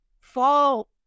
fall